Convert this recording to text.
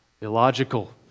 illogical